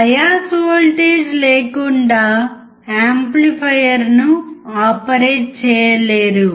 bias voltage లేకుండా యాంప్లిఫైయర్ను operate చేయలేరు